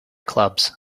clubs